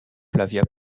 flavia